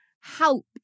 help